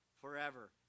forever